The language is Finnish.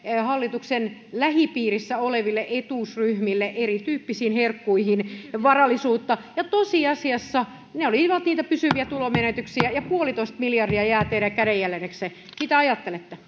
hallituksen lähipiirissä oleville etuusryhmille erityyppisiin herkkuihin varallisuutta ja tosiasiassa ne olivat niitä pysyviä tulonmenetyksiä ja puolitoista miljardia jää teidän kädenjäljeksenne mitä ajattelette